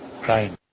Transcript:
crying